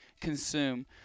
consume